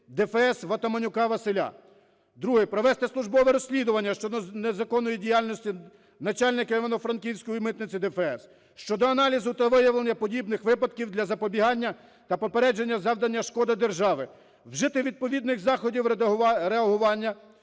ДФС Ватаманюка Василя. Друге. Провести службове розслідування щодо незаконної діяльності начальника Івано-Франківської митниці ДФС щодо аналізу та виявлення подібних випадків для запобігання та попередження завдання шкоди державі. Вжити відповідних заходів реагування